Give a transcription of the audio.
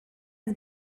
his